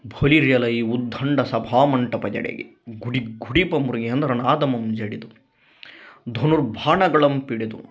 ಭಲಿರಿ ಅಲ ಈ ಉಧ್ಧಂಡ ಸಭಾ ಮಂಟಪದೆಡೆಗೆ ಗುಡಿ ಗುಡಿಪಂಬ್ರಿಗೆ ಅಂದ್ರ ನಾದಮಮ್ ಜಡಿದು ಧನುರ್ ಭಾಣಗಳಮ್ ಪಿಡಿದು